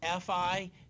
FI